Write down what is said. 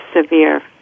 severe